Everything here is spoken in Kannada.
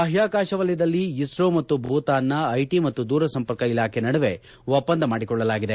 ಬಾಹ್ವಾಕಾಶ ವಲಯದಲ್ಲಿ ಇಸ್ರೋ ಮತ್ತು ಭೂತಾನ್ನ ಐಟಿ ಮತ್ತು ದೂರಸಂಪರ್ಕ ಇಲಾಖೆ ನಡುವೆ ಒಪ್ಪಂದ ಮಾಡಿಕೊಳ್ಳಲಾಗಿದೆ